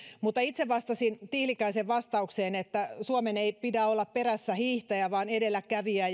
mutta itse vastasin tiilikaisen vastaukseen että suomen ei pidä olla perässähiihtäjä vaan edelläkävijä